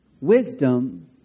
Wisdom